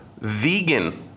vegan